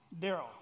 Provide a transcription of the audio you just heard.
Daryl